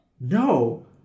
No